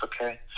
okay